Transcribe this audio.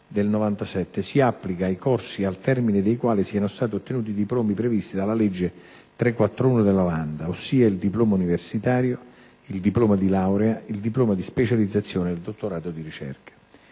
del 1997, si applica ai corsi al termine dei quali siano stati ottenuti i diplomi previsti dalla legge n. 341 del 1990, ossia il diploma universitario, il diploma di laurea, il diploma di specializzazione ed il dottorato di ricerca.